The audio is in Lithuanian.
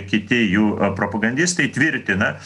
kiti jų propagandistai tvirtina